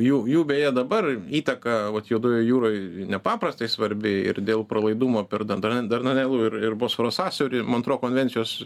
jų jų beje dabar įtaka vat juodojoj jūroj nepaprastai svarbi ir dėl pralaidumo per dardran dardanelų ir ir bosforo sąsiaurį montro konvencijos